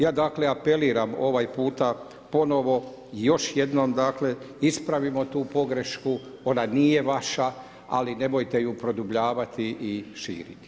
Ja dakle, apeliram ovaj puta ponovo još jednom, dakle, ispravimo tu pogrešku, ona nije vaša, ali nemojte ju produbljavati i širiti.